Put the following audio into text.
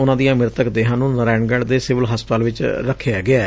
ਉਨੂਾਂ ਦੀਆਂ ਮ੍ਰਿਤਕ ਦੇਹਾਂ ਨੂੰ ਨਰਾਇਣਗੜ੍ ਦੇ ਸਿਵਲ ਹਸਪਤਾਲ ਚ ਰਖਿਆ ਗਿਐ